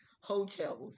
hotels